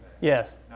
Yes